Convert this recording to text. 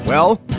well,